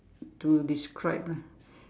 to describe ah